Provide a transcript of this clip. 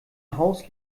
haus